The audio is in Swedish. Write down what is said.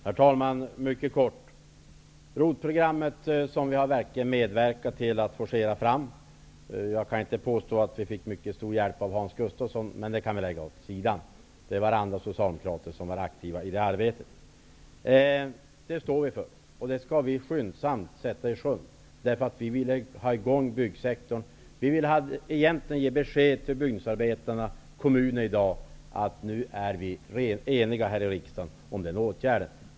Herr talman! ROT-programmet, som vi verkligen har medverkat till att forcera fram -- jag kan inte påstå att vi fick stor hjälp av Hans Gustafsson, men andra socialdemokrater var aktiva i det arbetet -- står vi för, och vi skall skyndsamt sätta det i sjön. Vi vill få i gång byggsektorn. Vi ville egentligen ge besked till byggnadsarbetarna och kommunerna i dag om att vi nu är eniga här i riksdagen om den åtgärden.